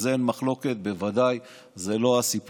על זה אין מחלוקת, בוודאי, זה לא הסיפור,